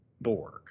Borg